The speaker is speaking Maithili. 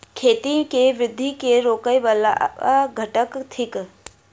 खेती केँ वृद्धि केँ रोकय वला घटक थिक?